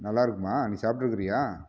நல்லா இருக்குமா நீ சாப்பிட்டுருக்குறீயா